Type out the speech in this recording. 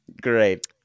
Great